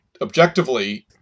objectively